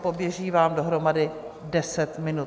Poběží vám dohromady deset minut.